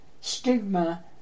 Stigma